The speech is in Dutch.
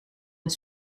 het